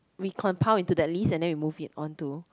we compile into that list and then we move it on to